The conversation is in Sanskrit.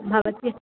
भवत्याः